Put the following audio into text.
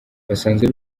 basanzwe